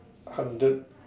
hundred